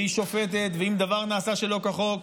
והיא שופטת, ואם דבר נעשה שלא כחוק,